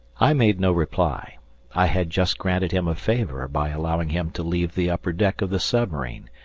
i made no reply i had just granted him a favour by allowing him to leave the upper deck of the submarine,